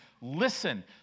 listen